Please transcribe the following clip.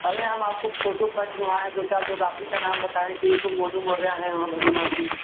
अरे हम आपको फोटो पहचनवाए हैं दो चार लोग आपी का नाम बताए हैं कि ये तो मोनू मौर्या है वहाँ भरौना से